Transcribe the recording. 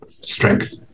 strength